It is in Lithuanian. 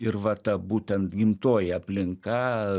ir va ta būtent gimtoji aplinka